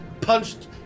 punched